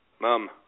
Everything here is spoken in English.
Mom